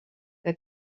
que